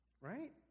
right